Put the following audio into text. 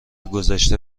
گذشته